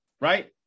right